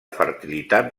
fertilitat